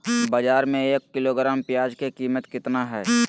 बाजार में एक किलोग्राम प्याज के कीमत कितना हाय?